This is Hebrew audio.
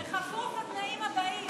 בכפוף לתנאים הבאים.